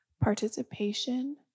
participation